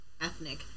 ethnic